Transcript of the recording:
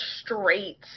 straight